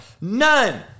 None